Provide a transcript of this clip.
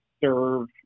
serve